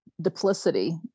duplicity